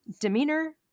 demeanor